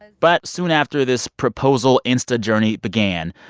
but soon after this proposal insta journey began,